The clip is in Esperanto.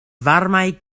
varmaj